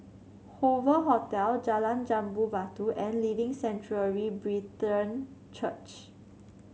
Hoover Hotel Jalan Jambu Batu and Living Sanctuary Brethren Church